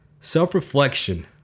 self-reflection